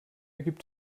gibt